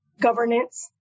governance